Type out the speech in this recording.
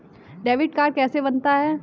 Debit card कैसे बनता है?